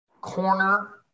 corner